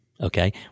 okay